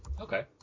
Okay